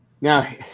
Now